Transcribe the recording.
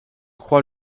crois